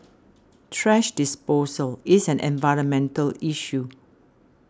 thrash disposal is an environmental issue